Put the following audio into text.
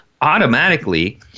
automatically